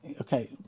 Okay